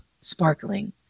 sparkling